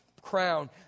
crown